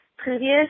previous